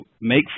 make